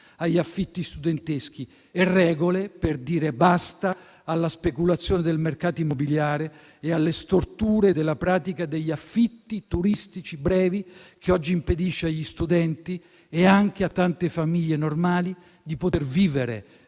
agli affitti studenteschi; regole per dire basta alla speculazione del mercato immobiliare e alle storture della pratica degli affitti turistici brevi, che oggi impedisce agli studenti e anche a tante famiglie normali di poter vivere,